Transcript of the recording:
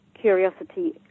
curiosity